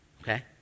okay